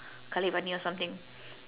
kalaivaani or something